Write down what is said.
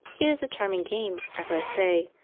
it is a charming game, as i say,